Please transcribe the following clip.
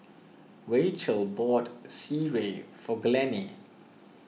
Racheal bought Sireh for Glennie